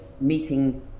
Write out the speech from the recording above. meeting